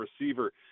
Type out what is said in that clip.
receiver